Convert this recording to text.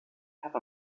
have